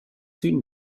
sün